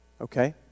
Okay